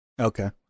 okay